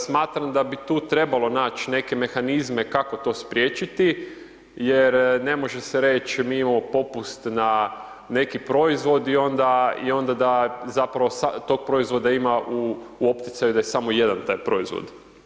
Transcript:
Smatram da bi tu trebalo nać neke mehanizme kako to spriječiti jer ne može se reć mi imamo popust na neki proizvod i onda, i onda da zapravo tog proizvoda ima u opticaju da je samo 1 taj proizvod.